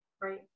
right